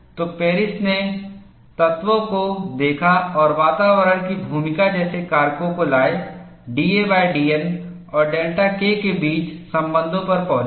तो पेरिस ने तत्वको देखा और वातावरण की भूमिका जैसे कारकों को लाए dadN और डेल्टा K के बीच संबंधों पर पहुंचे